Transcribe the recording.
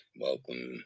Welcome